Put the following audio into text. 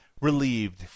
relieved